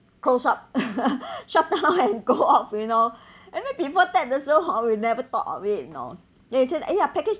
close up shut down and go off you know and then people that also hor we never thought of it you know they said !aiya! package